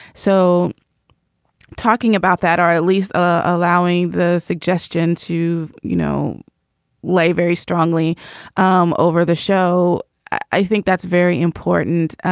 so talking about that or at least ah allowing the suggestion to you know lay very strongly um over the show i think that's very important.